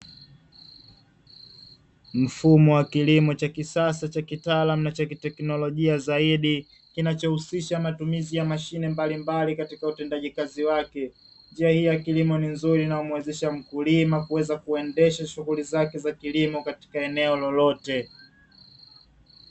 Mfumo wa kilimo cha kisasa cha kitaalamu cha kiteknolojia zaidi kinachohusisha matumizi ya mashine mbalimbali katika utendaji kazi wake, njia hii ya kilimo ni nzuri na umuwezesha mkulima kuweza kuendesha shughuli zake za kilimo katika eneo lolote.